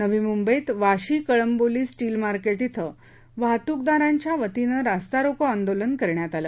नवी मुंबईत Vashi Kalamboli steel market येथे वाहतूक दाराच्या वतीने रास्ता रोको आंदोलन करण्यात आले